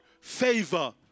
favor